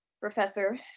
Professor